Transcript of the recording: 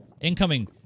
Incoming